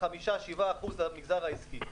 7% למגזר העסקי.